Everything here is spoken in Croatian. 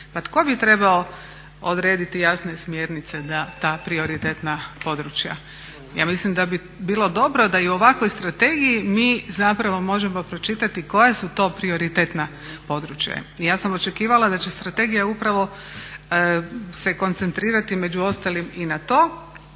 Pa tko bi trebao odrediti jasne smjernice da ta prioritetna područja. Ja mislim da bi bilo dobro da i u ovakvoj strategiji mi zapravo možemo pročitati koja su to prioritetna područja. I ja sam očekivala da će strategija upravo se koncentrirati među ostalim i na to.